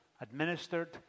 administered